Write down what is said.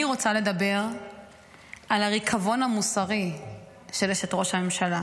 אני רוצה לדבר על הריקבון המוסרי של אשת ראש הממשלה,